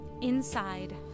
Inside